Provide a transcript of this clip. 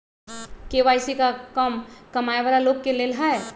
KYC का कम कमाये वाला लोग के लेल है?